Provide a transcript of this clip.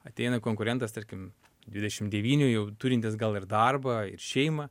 ateina konkurentas tarkim dvidešim devynių jau turintis gal ir darbą ir šeimą